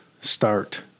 start